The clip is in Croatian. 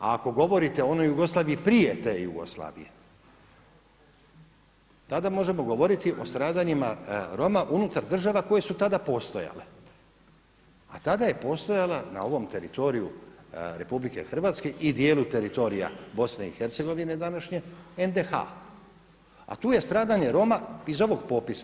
A ako govorite o onoj Jugoslaviji prije te Jugoslavije, tada možemo govoriti o stradanjima Roma unutar država koje su tada postojale, a tada je postojala na ovom teritoriju RH i dijelu teritorija BiH današnje NDH a tu je stradanje Roma iz ovog popisa.